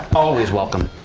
always welcome.